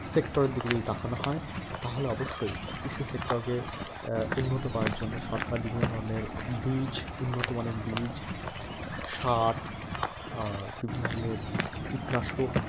সেক্টরের দিকে যদি তাকানো হয় তাহলে অবশ্যই কৃষি সেক্টরকে উন্নত করার জন্য সরকার বিভিন্ন ধরনের বীজ উন্নতমানের বীজ সার বিভিন্ন ধরনের কীটনাশক